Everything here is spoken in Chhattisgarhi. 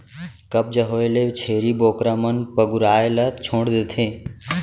कब्ज होए ले छेरी बोकरा मन पगुराए ल छोड़ देथे